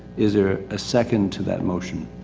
is there a second to that motion.